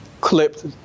clipped